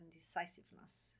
decisiveness